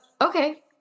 Okay